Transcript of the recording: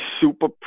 super